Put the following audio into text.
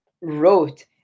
wrote